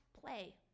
play